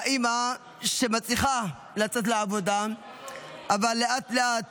והאימא מצליחה לצאת לעבודה אבל לאט-לאט